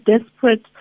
desperate